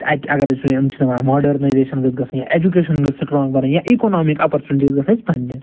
تہٕ اَتہِ تہِ اَگر أسۍ وُچھو یِم چھِ دَپان ماڈَرنایزیشَن گٔژھ گژھٕنۍ ایٚجوکیشَن گٔژھ سِٹرانٛگ بَنٕنۍ یا اِکونامِک اَپرچونٹیٖز گَژھہٕ اسہِ بَننہِ